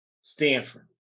Stanford